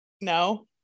no